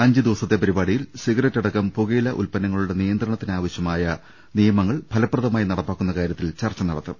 അഞ്ചു ദിവസത്തെ പരിപാടിയിൽ സിഗരറ്റടക്കം പുക യില ഉല്പന്നങ്ങളുടെ നിയന്ത്രണത്തിനാവശ്യമായ നിയമങ്ങൾ ഫലപ്രദമായി നടപ്പാക്കുന്ന കാര്യത്തിൽ ചർച്ച നടത്തും